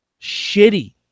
shitty